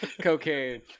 cocaine